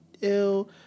ill